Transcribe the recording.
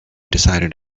decided